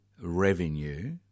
revenue